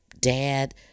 dad